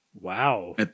Wow